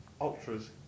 Ultras